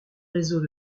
réseaux